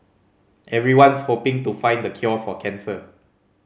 everyone's hoping to find the cure for cancer